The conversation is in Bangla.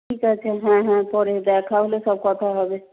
ঠিক আছে হ্যাঁ হ্যাঁ পরে দেখা হলে সব কথা হবে